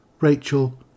Rachel